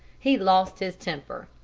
he lost his temper.